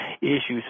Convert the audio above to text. issues